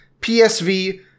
PSV